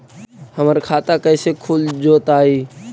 हमर खाता कैसे खुल जोताई?